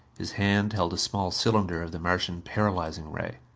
his hand held a small cylinder of the martian paralyzing ray.